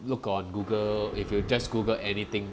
look on Google if you just google anything